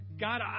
God